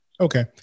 Okay